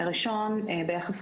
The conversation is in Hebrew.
הראשון ביחס